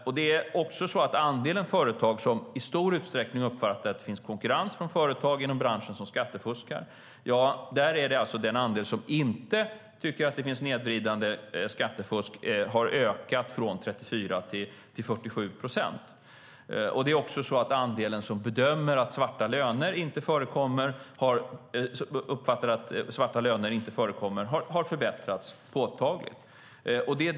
När det gäller andelen företag som i stor utsträckning uppfattar att det finns konkurrens från företag inom branschen som skattefuskar har den andel som alltså inte tycker att det finns snedvridande skattefusk ökat från 34 till 47 procent. Andelen som bedömer att svarta löner inte förekommer har också förbättrats.